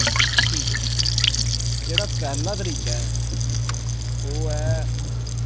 ठीक ऐ जेह्ड़ा पैह्ला तरीका ऐ ओह् ऐ